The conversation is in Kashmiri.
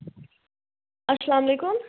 السلامُ علیکُم